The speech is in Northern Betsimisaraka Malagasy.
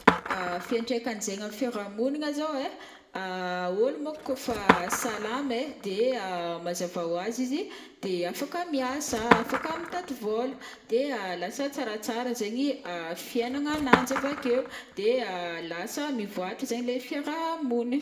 Fiantraikany zegny ami fiaraha monigna zao ai, ôlo monko kô fa salama ai, de mazava ho azy izy de afaka miasa, afaka mitady vôla de lasa tsaratsara zegny fiainagnananjy avakeo, de lasa mivoatra zegny le fiarahamonigny.